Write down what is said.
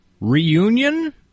reunion